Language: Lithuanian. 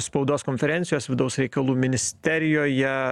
spaudos konferencijos vidaus reikalų ministerijoje